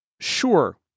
Sure